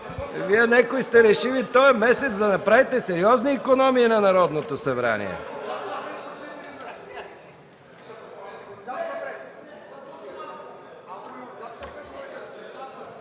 Вие – някои, сте решили този месец да направите сериозни икономии на Народното събрание.